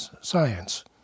science